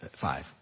five